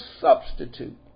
substitute